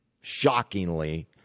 shockingly